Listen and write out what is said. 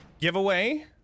giveaway